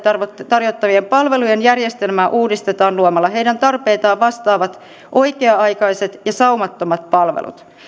tarjottavien palvelujen järjestelmää uudistetaan luomalla heidän tarpeitaan vastaavat oikea aikaiset ja saumattomat palvelut